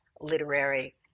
literary